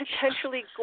potentially